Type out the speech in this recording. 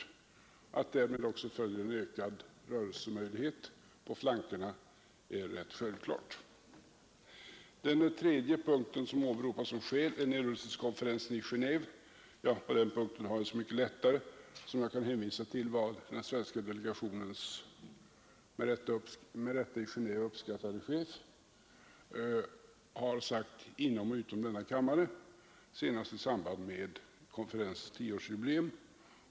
Att därmed också följer en ökad rörelsemöjlighet på flankerna är rätt självklart. Det tredje skälet som åberopas är nedrustningskonferensen i Genéve. På den punkten har jag det så mycket lättare som jag kan hänvisa till vad den svenska delegationens i Genéve med rätta uppskattade chef har sagt inom och utom denna kammare, senast i samband med konferensens tioårsjubileum.